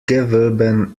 gewoben